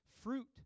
fruit